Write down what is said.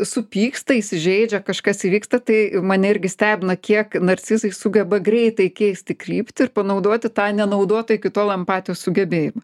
supyksta įsižeidžia kažkas įvyksta tai mane irgi stebina kiek narcizai sugeba greitai keisti kryptį ir panaudoti tą nenaudotą iki tol empatijos sugebėjimą